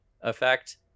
effect